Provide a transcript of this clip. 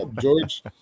George